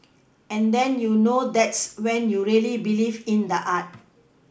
and then you know that's when you really believe in the art